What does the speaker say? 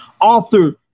author